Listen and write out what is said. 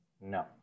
No